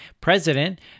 President